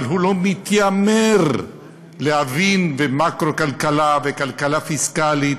אבל הוא לא מתיימר להבין במקרו-כלכלה ובכלכלה פיסקלית,